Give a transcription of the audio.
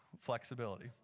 flexibility